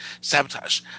Sabotage